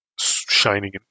shining